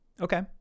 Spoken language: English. Okay